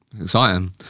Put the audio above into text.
Exciting